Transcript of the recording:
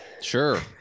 sure